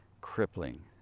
crippling